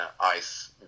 ice